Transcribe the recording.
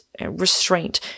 restraint